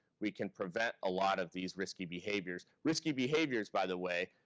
we can prevent a lot of these risky behaviors. risky behaviors, by the way,